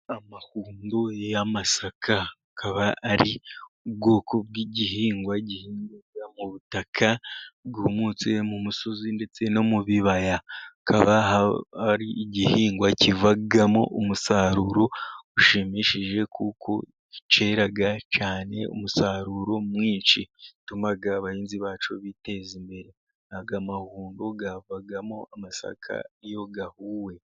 Amahundo y'amasaka, akaba ari ubwoko bw'igihingwa gihingwa mu butaka bwumutse mu musozi ndetse no mu bibaya. Kikaba ari igihingwa kivamo umusaruro ushimishije, kuko cyera cyane umusaruro mwinshi utuma abahinzi bacu biteza imbere. Aya mahundo avamo amasaka iyo ahuwe.